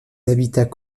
habitats